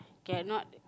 cannot